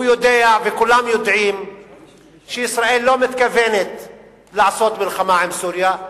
הוא יודע וכולם יודעים שישראל לא מתכוונת לעשות מלחמה עם סוריה,